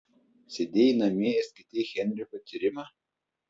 sėdėjai namie ir skaitei henriko tyrimą